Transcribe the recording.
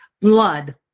blood